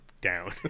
down